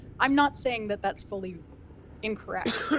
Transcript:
i'm not saying that that's fully incorrect.